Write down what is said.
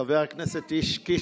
חבר הכנסת קיש,